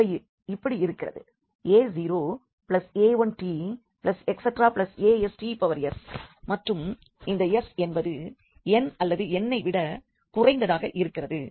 அவை இப்படி இருக்கிறது a0a1tastsமற்றும் இந்த s என்பது n அல்லது n ஐ விட குறைந்ததாக இருக்கிறது